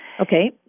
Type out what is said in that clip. Okay